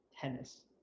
Tennis